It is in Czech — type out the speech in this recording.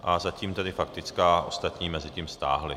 A zatím tedy faktická, ostatní mezitím stáhli.